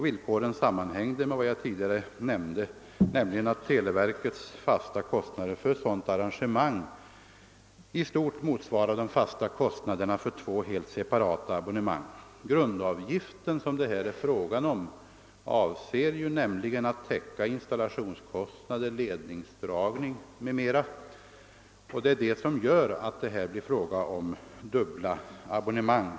Villkoren sammanhänger med vad jag tidigare påpekade, nämligen att televerkets fasta kostnader för ett sådant arrangemang i stort motsvarar de fasta kostnaderna för två helt separata abonnemang. Grundavgiften, som det här är tal om, avser nämligen att täcka installationskostnader, ledningsindragning m.m., och det är det som gör att det här blir fråga om dubbla abonnemang.